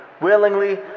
Willingly